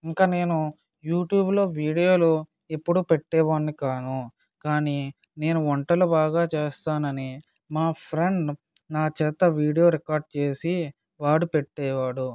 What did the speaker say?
ఇంకా నేను యూట్యూబ్లో వీడియోలు ఎప్పుడు పెట్టెవాడిని కాను కానీ నేను వంటలు బాగా చేస్తాను అని మా ఫ్రెండ్ నాచేత వీడియో రికార్డ్ చేసి వాడు పెట్టేవాడు